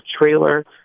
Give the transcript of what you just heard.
trailer